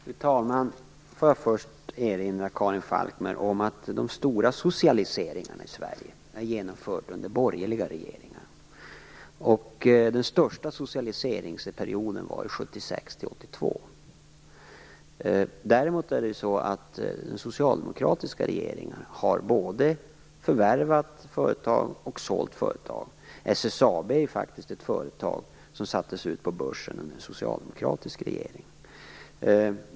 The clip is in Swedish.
Fru talman! Låt mig först erinra Karin Falkmer om att de stora socialiseringarna i Sverige har genomförts under borgerliga regeringar. Den största socialiseringsperioden var 1976-1982. Däremot är det så att de socialdemokratiska regeringarna har både förvärvat företag och sålt företag. SSAB är faktiskt ett företag som sattes ut på börsen under en socialdemokratisk regering.